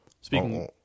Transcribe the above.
Speaking